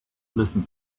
listen